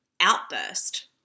outburst